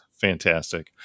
fantastic